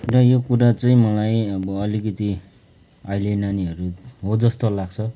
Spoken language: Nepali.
र यो कुरा चाहिँ मलाई अब अलिकति अहिले नानीहरू हो जस्तो लाग्छ